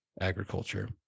agriculture